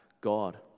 God